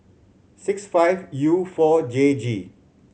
six five U four J G